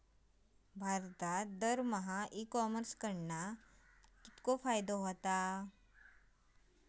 भारतात दरमहा e commerce कडणा कितको फायदो होता?